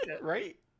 Right